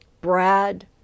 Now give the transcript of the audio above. Brad